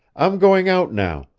i'm going out now,